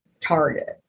Target